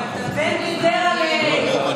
בחייך.